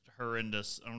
horrendous